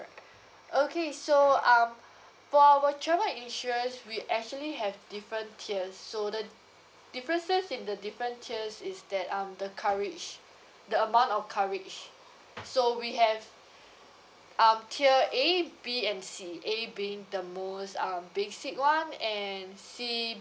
okay so um for our travel insurance we actually have different tiers so the differences in the different tiers is that um the coverage the amount of coverage so we have um tier A B and C A being the most um basic one and C